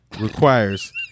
requires